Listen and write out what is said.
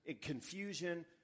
confusion